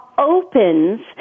opens